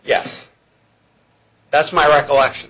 yes that's my recollection